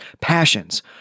passions